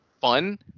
fun